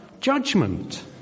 judgment